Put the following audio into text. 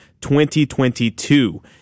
2022